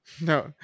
no